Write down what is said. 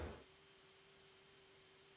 Hvala